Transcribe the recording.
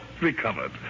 recovered